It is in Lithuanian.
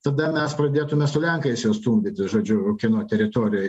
tada mes pradėtume su lenkais jau stumdytis žodžiu kieno teritorijoj